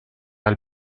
elle